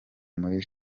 muri